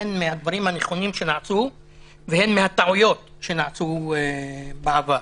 הן מהדברים הנכונים שנעשו והן מהטעויות שנעשו בעבר.